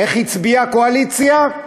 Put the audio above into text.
ואיך הצביעה הקואליציה?